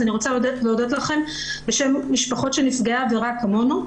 אז אני רוצה להודות לכם בשם המשפחות של נפגעי עבירה כמונו,